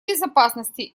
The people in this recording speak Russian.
безопасности